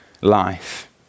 life